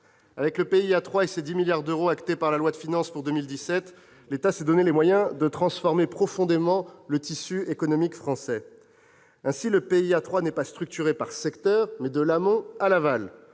Avec le PIA 3 et ses 10 milliards d'euros, actés par la loi de finances pour 2017, l'État s'est donné les moyens de transformer profondément le tissu économique français. Ainsi, le PIA 3 n'est pas structuré par secteur, mais de l'amont à l'aval,